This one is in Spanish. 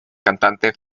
cantante